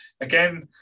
again